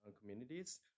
communities